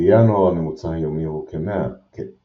בינואר הממוצע היומי הוא כ-10°C,